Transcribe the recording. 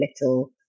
little